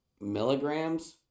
milligrams